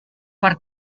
per